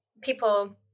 people